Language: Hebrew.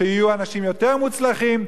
שיהיו אנשים יותר מוצלחים,